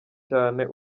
cyane